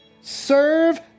Serve